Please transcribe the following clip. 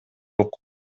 окуп